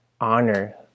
honor